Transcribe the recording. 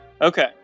Okay